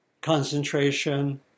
concentration